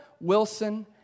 Wilson